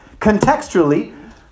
Contextually